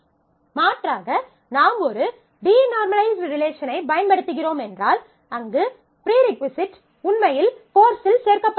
மாற்றாக நாம் ஒரு டீநார்மலைஸ்ட் ரிலேஷனைப் பயன்படுத்துகிறோம் என்றால் அங்கு ப்ரீ ரிஃக்வசைட் உண்மையில் கோர்ஸில் சேர்க்கப்பட்டுள்ளது